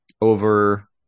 Over